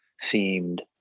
seemed